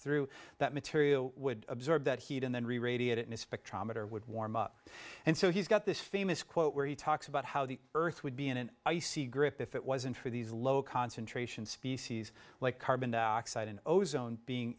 through that material would absorb that heat and then reradiate it in a spectrometer would warm up and so he's got this famous quote where he talks about how the earth would be in an icy grip if it wasn't for these low concentrations species like carbon dioxide an ozone being